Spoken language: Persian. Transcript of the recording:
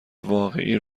واقعی